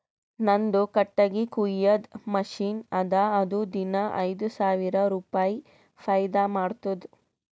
ನಂದು ಕಟ್ಟಗಿ ಕೊಯ್ಯದ್ ಮಷಿನ್ ಅದಾ ಅದು ದಿನಾ ಐಯ್ದ ಸಾವಿರ ರುಪಾಯಿ ಫೈದಾ ಮಾಡ್ತುದ್